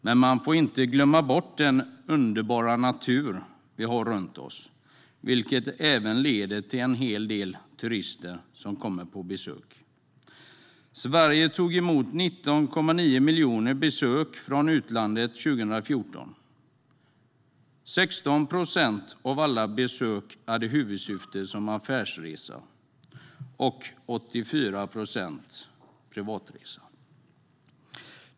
Men vi får inte glömma bort den underbara natur vi har runt oss, som även leder till att en hel del turister kommer på besök. Sverige tog emot 19,9 miljoner besök från utlandet 2014. 16 procent av alla besök hade huvudsyftet affärsresa och 84 procent privatresa.